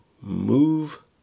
move